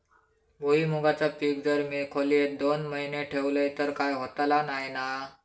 भुईमूगाचा पीक जर मी खोलेत दोन महिने ठेवलंय तर काय होतला नाय ना?